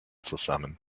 zusammen